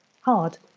Hard